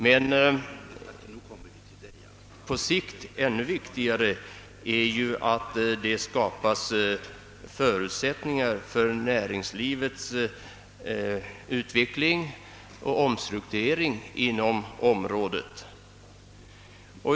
Men på sikt är det ännu viktigare att det skapas förutsättningar för näringslivets utveckling och omstrukturering inom området.